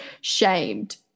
shamed